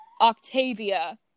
Octavia